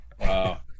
Wow